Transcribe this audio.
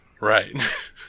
Right